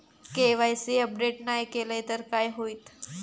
KYC update नाय केलय तर काय होईत?